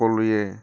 সকলোৱে